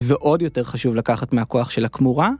ועוד יותר חשוב לקחת מהכוח של הכמורה.